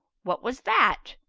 what was that?